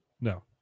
No